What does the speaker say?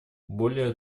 более